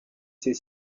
ses